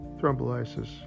thrombolysis